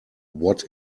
what